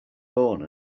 born